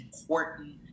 important